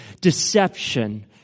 deception